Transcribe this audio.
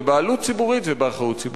בבעלות ציבורית ובאחריות ציבורית.